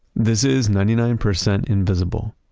this is ninety nine percent invisible.